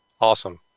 Awesome